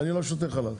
אני לא שותה חלב.